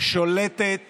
שולטת